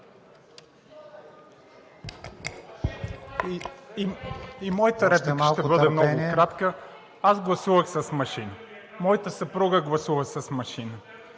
моята съпруга гласува с машина.